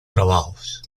trabajos